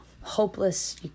hopeless